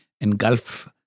engulf